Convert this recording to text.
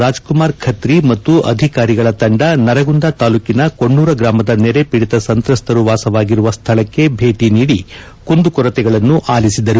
ರಾಜ್ ಕುಮಾರ್ ಖತ್ರಿ ಮತ್ತು ಅಧಿಕಾರಿಗಳ ತಂಡ ನರಗುಂದ ತಾಲೂಕಿನ ಕೊಣ್ಣೂರ ಗ್ರಾಮದ ನೆರೆ ಪೀಡಿತ ಸಂತ್ರಸ್ತರು ವಾಸವಾಗಿರುವ ಸ್ಥಳಕ್ಕೆ ಬೇಟಿ ನೀಡಿ ಕುಂದು ಕೊರತೆಗಳನ್ನು ಆಲಿಸಿದರು